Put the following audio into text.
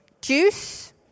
juice